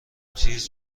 تیز